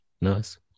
Nice